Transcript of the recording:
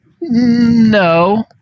No